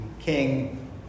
king